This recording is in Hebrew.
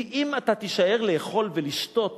כי אם אתה תישאר לאכול ולשתות